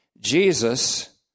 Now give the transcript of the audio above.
Jesus